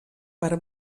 per